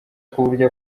kuburyo